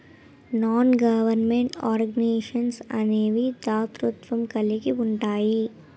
non government organisations అనేవి దాతృత్వం కలిగి ఉంటాయి